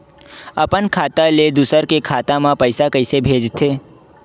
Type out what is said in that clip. अपन खाता ले दुसर के खाता मा पईसा कइसे भेजथे?